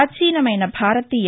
పాచీనమైన భారతీయ